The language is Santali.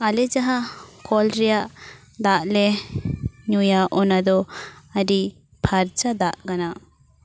ᱟᱞᱮ ᱡᱟᱦᱟᱸ ᱠᱚᱞ ᱨᱮᱭᱟᱜ ᱫᱟᱜ ᱞᱮ ᱧᱩᱭᱟ ᱚᱱᱟᱫᱚ ᱟᱹᱰᱤ ᱯᱷᱟᱨᱪᱟ ᱫᱟᱜ ᱠᱟᱱᱟ